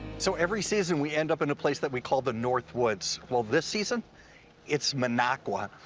so every season we end up in a place that we call the north woods. well this season it's minocqua.